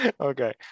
Okay